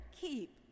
keep